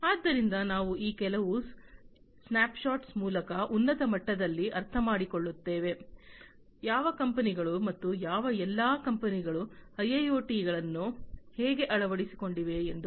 ಆದ್ದರಿಂದ ನಾವು ಈ ಕೆಲವು ಸ್ನ್ಯಾಪ್ಶಾಟ್ಗಳ ಮೂಲಕ ಉನ್ನತ ಮಟ್ಟದಲ್ಲಿ ಅರ್ಥಮಾಡಿಕೊಳ್ಳುತ್ತೇವೆ ಯಾವ ಕಂಪನಿಗಳು ಮತ್ತು ಯಾವ ಎಲ್ಲಾ ಕಂಪನಿಗಳು ಐಐಒಟಿಯನ್ನು ಹೇಗೆ ಅಳವಡಿಸಿಕೊಂಡಿವೆ ಎಂದು